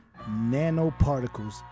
nanoparticles